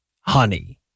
Honey